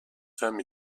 femme